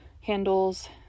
handles